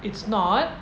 it's not